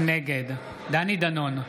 נגד דני דנון,